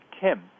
Kim